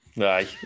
Aye